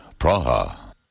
Praha